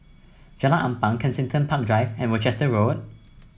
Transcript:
Jalan Ampang Kensington Park Drive and Worcester Road